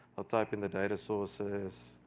i'll type in the data sources,